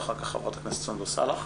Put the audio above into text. ואחר כך ח"כ סונדוס סאלח,